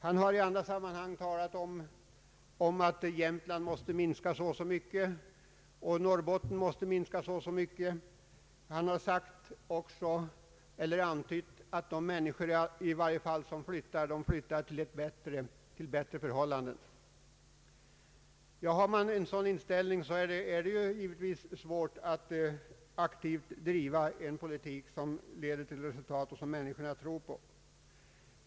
Han har i andra sammanhang talat om hur mycket befolkningen i Jämtland och i Norrbotten skall minska och antytt att de människor som flyttar i varje fall flyttar till bättre förhållanden. Har man en sådan inställning är det givetvis svårt att aktivt driva en politik som leder till resultat och som människorna tror på.